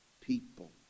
people